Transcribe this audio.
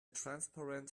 transparent